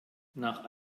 nach